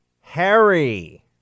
Harry